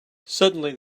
suddenly